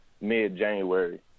mid-January